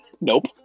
Nope